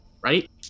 right